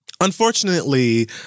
unfortunately